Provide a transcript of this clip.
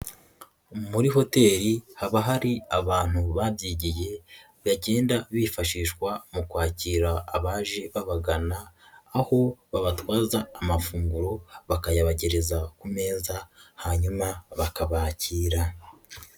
Muri hoteli haba hari abantu babyigiye bagenda bifashishwa mu kwakira abaje babagana, aho babatwaza amafunguro bakayabagereza ku meza hanyuma bakabakira.